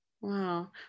wow